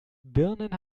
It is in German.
birnen